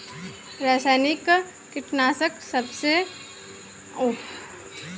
रासायनिक कीटनाशक जबसे खेती में आईल बा येकर बहुत बड़ा भूमिका रहलबा